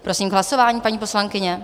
Prosím, k hlasování, paní poslankyně?